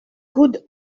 good